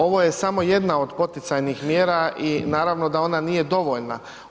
Ovo je samo jedna od poticajnih mjera i naravno da ona nije dovoljna.